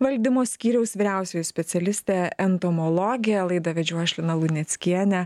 valdymo skyriaus vyriausioji specialistė entomologė laidą vedžiau aš lina luneckienė